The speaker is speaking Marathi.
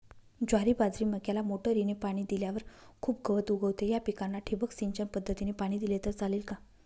ज्वारी, बाजरी, मक्याला मोटरीने पाणी दिल्यावर खूप गवत उगवते, या पिकांना ठिबक सिंचन पद्धतीने पाणी दिले तर चालेल का?